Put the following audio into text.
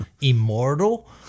immortal